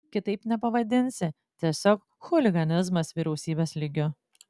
kitaip nepavadinsi tiesiog chuliganizmas vyriausybės lygiu